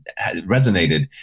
resonated